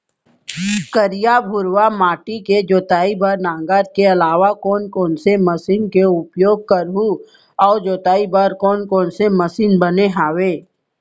करिया, भुरवा माटी के जोताई बर नांगर के अलावा कोन कोन से मशीन के उपयोग करहुं अऊ जोताई बर कोन कोन से मशीन बने हावे?